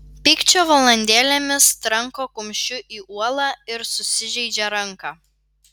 pykčio valandėlėmis tranko kumščiu į uolą ir susižeidžia ranką